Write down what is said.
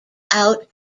out